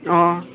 অঁ